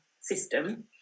system